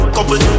Couple